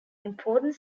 important